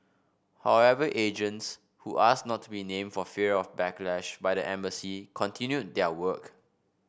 however agents who asked not to be named for fear of a backlash by the embassy continued their work